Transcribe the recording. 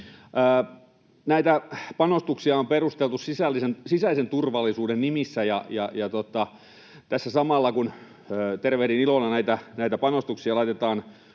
Näitä panostuksia on perusteltu sisäisen turvallisuuden nimissä. Tässä samalla kun tervehdin ilolla näitä panostuksia — laitetaan